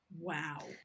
Wow